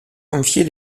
confier